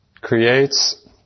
creates